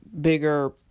bigger